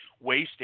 wasting